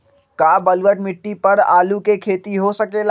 का बलूअट मिट्टी पर आलू के खेती हो सकेला?